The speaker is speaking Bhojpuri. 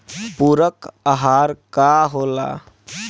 पुरक अहार का होला?